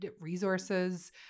resources